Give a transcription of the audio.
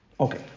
Okay